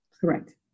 Correct